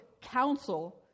counsel